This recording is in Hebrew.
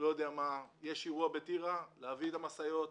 יש אירוע בטירה להביא את המשאיות,